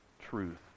truth